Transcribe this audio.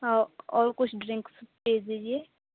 ਔਰ ਕੁਛ ਡਰਿੰਕਸ ਭੇਜ ਦੀਜੀਏ